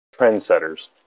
trendsetters